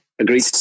agreed